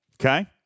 Okay